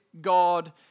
God